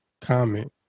comment